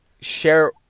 share